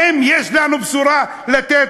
האם יש לנו בשורה בשבילו?